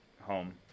home